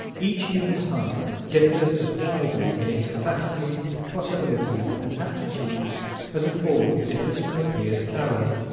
each human type differs as widely in its capacities, possibilities and aptitudes as a ford differs from a pierce-arrow.